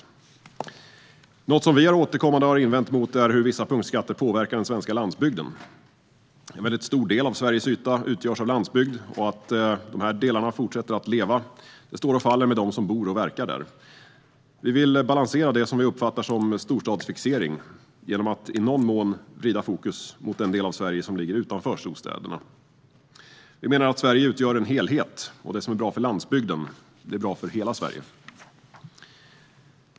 Något som vi återkommande har invänt mot är hur vissa punktskatter påverkar den svenska landsbygden. En väldigt stor del av Sveriges yta utgörs av landsbygd. Att dessa delar fortsätter att leva står och faller med dem som bor och verkar där. Vi vill balansera det vi uppfattar som en storstadsfixering genom att i någon mån vrida fokus mot den del av Sverige som ligger utanför storstäderna. Vi menar att Sverige utgör en helhet och att det som är bra för landsbygden är bra för hela Sverige.